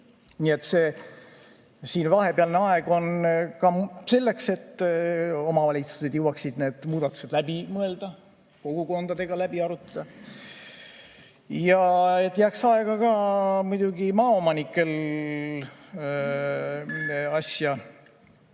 2024. See vahepealne aeg on ka selleks, et omavalitsused jõuaksid need muudatused läbi mõelda, kogukondadega läbi arutada ja et jääks aega ka muidugi maaomanikel asjaga